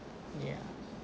ya